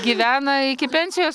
gyvena iki pensijos